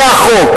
זה החוק.